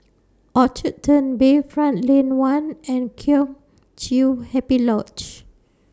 Orchard Turn Bayfront Lane one and Kheng Chiu Happy Lodge